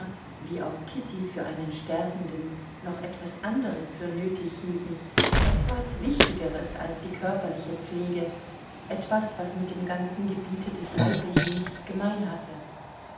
wie auch kitty für einen sterbenden noch etwas anderes für nötig hielten etwas wichtigeres als die körperliche pflege etwas was mit dem ganzen gebiete des leiblichen nichts gemein hatte